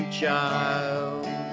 child